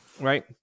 Right